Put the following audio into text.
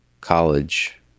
college